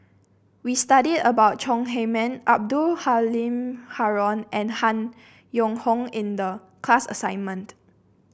we studied about Chong Heman Abdul Halim Haron and Han Yong Hong in the class assignment